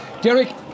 Derek